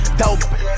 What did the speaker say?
dope